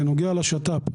בנוגע לשת"פ,